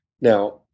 now